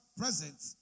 presence